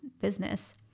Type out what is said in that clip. business